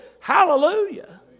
Hallelujah